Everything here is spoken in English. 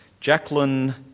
Jacqueline